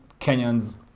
Kenyans